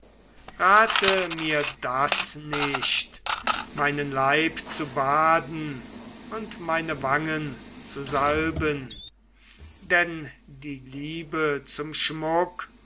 rate mir das nicht meinen leib zu baden und meine wangen zu salben denn die leibe zum schmuck